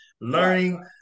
learning